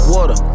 Water